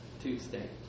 Tuesday